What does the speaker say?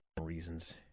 reasons